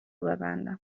ببندم